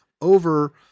over